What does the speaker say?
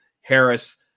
Harris